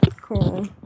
Cool